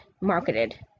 marketed